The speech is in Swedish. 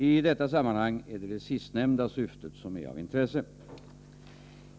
I detta sammanhang är det det sistnämnda syftet som är av intresse.